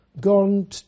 gone